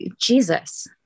Jesus